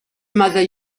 mother